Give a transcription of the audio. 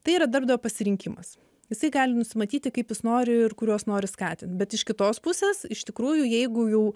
tai yra darbdavio pasirinkimas jisai gali nusimatyti kaip jis nori ir kuriuos nori skatint bet iš kitos pusės iš tikrųjų jeigu jau